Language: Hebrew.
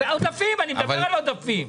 אני מדבר על עודפים.